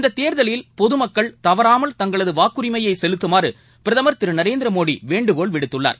இந்தத் தேர்தலில் பொதுமக்கள் தவறாமல் தங்களது வாக்குரிமையை செலுத்துமாறு பிரதமர் திரு நரேந்திரமோடி வேண்டுகோள் விடுத்துள்ளார்